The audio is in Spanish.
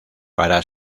para